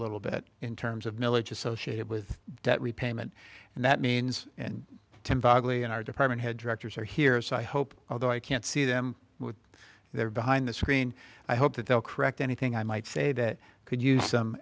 little bit in terms of milledge associated with debt repayment and that means ten wagnerian our department head directors are here so i hope although i can't see them they're behind the screen i hope that they'll correct anything i might say that could use some